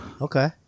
Okay